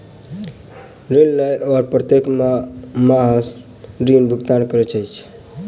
ऋण लय के ओ प्रत्येक माह ऋण भुगतान करै छलाह